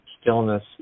stillness